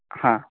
हा